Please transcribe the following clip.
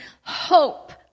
hope